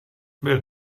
byl